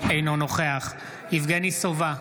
אינו נוכח יבגני סובה,